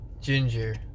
Ginger